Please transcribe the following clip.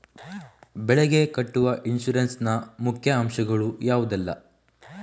ಬೆಳೆಗೆ ಕಟ್ಟುವ ಇನ್ಸೂರೆನ್ಸ್ ನ ಮುಖ್ಯ ಅಂಶ ಗಳು ಯಾವುದೆಲ್ಲ?